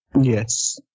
Yes